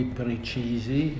precisi